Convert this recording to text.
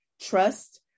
trust